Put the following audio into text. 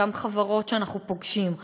אותן חברות שאנחנו פוגשים,